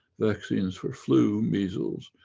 vaccines for flu, measles,